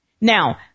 Now